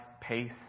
pace